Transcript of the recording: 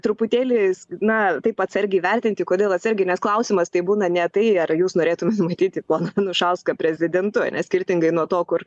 truputėlį na taip atsargiai vertinti kodėl atsargiai nes klausimas tai būna ne tai ar jūs norėtumėt matyti poną anušauską prezidentu ar ne skirtingai nuo to kur